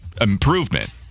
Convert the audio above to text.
improvement